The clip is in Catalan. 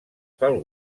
pel